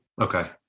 Okay